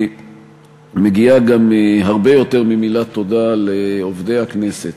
מגיעה גם הרבה יותר ממילת תודה לעובדי הכנסת,